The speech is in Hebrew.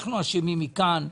אנחנו אשמים מכאן,